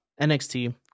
NXT